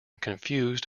confused